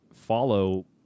follow